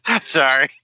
Sorry